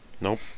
Nope